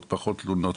פחות תלונות?